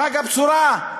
חג הבשורה.